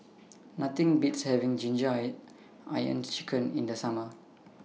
Nothing Beats having Ginger Onions Chicken in The Summer